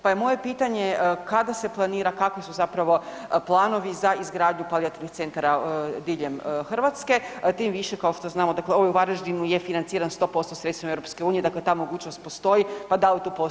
Pa je moje pitanje, kada se planira, kakvi su zapravo planovi za izgradnju palijativnih centara diljem Hrvatske, tim više kao što znamo dakle ovaj u Varaždinu je financiran 100% sredstvima EU dakle ta mogućnost postoji pa da li tu postoji kakav plan?